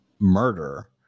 murder